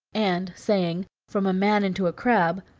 and, saying from a man into a crab,